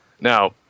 Now